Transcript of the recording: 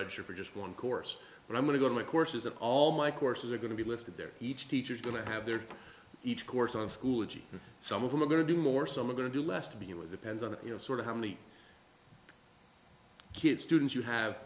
roger for just one course but i'm going to go to my courses and all my courses are going to be lifted there each teacher is going to have their each course on school a g some of them are going to do more some are going to do less to begin with depends on you know sort of how many kids students you have